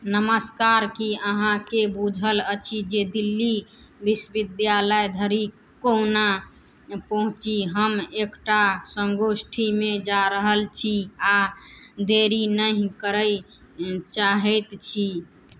नमस्कार की अहाँके बुझल अछि जे दिल्ली विश्वविद्यालय धरि कोना पहुँची हम एकटा सङ्गगोष्ठीमे जा रहल छी आ देरी नहि करय चाहैत छी